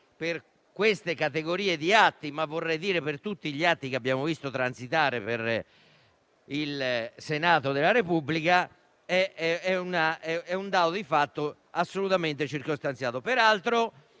per queste categorie di atti, ma anche per tutti gli altri atti che abbiamo visto transitare per il Senato della Repubblica - è un dato di fatto assolutamente circostanziato. Peraltro,